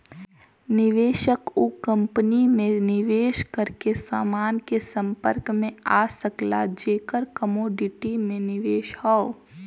निवेशक उ कंपनी में निवेश करके समान के संपर्क में आ सकला जेकर कमोडिटी में निवेश हौ